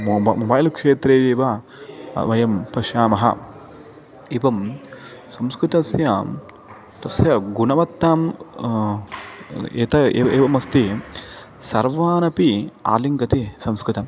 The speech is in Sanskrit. मोब मोबैल् क्षेत्रे एव वयम् पश्यामः एवं संस्कृतस्य तस्य गुणवत्तां यत् एवम् अस्ति सर्वानपि आलिङ्गति संस्कृतम्